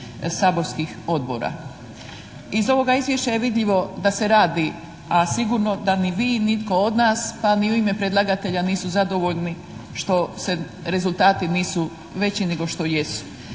Iz ovoga izvješća je vidljivo da se radi a sigurno da vi ni i tko od nas pa ni u ime predlagatelja nisu zadovoljni što se rezultati nisu veći nego što jesu.